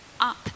Up